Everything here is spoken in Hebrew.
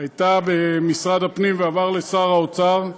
היא הייתה במשרד הפנים ועברה לשר האוצר,